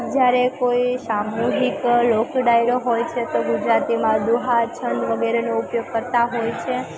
જ્યારે કોઈ સામૂહિક લોક ડાયરો હોય છે તો ગુજરાતીમાં દુહા છંદ વગેરેનો ઉપયોગ કરતાં હોય છે